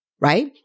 right